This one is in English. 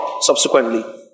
subsequently